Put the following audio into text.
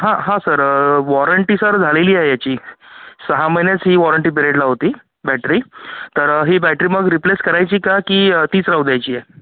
हां हां sir warranty sir झालेली आहे याची सहा महिन्यात ही वॉरंटी पिरेडला होती बॅटरी तर ही बॅटरी मग रिप्लेस करायची का की तीच राहू द्यायची आहे